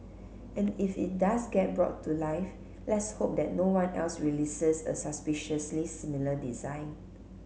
and if it does get brought to life let's hope that no one else releases a suspiciously similar design